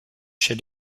chez